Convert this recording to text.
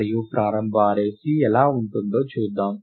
మరియు ప్రారంభ array C ఎలా ఉంటుందో చూద్దాం